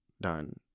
Done